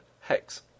HEX